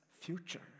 future